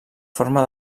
forma